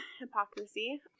Hypocrisy